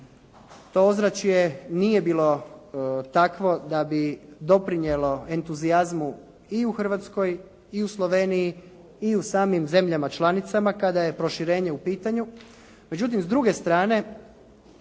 To ozračje nije bilo takvo da bi doprinijelo entuzijazmu i u Hrvatskoj i u Sloveniji i u samim zemljama članicama kada je proširenje u pitanju.